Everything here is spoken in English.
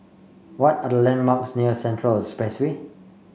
what are the landmarks near Central Expressway